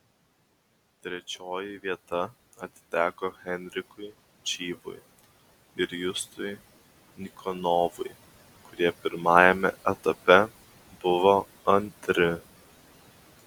trečioji vieta atiteko henrikui čyvui ir justui nikonovui kurie pirmajame etape buvo antri